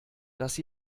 dass